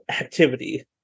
activity